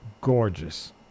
gorgeous